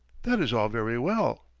that is all very well,